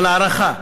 אבל הערכה,